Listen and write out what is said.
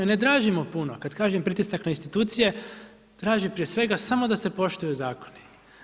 Ne tražimo puno, kada kažem pritisak na institucije, traži prije svega samo da se poštuju zakoni.